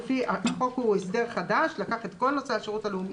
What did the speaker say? החוק הוא הסדר חדש, לקח את כל נושא השירות הלאומי,